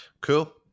Cool